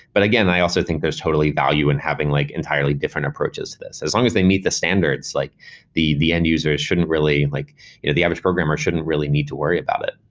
but again, i also think there's totally value in having like entirely different approaches to this. as long as they meet the standards, like the the end user shouldn't really like you know the average programmer shouldn't really need to worry about it.